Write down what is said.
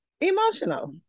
Emotional